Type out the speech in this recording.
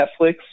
Netflix